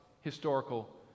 historical